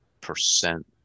percent